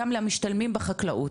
גם למשתלמים בחקלאות,